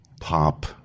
pop